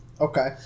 okay